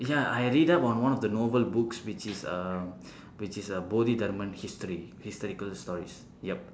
ya I read up on one of the novel books which is uh which is uh bodhidharma history historical stories yup